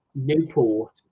Newport